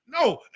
No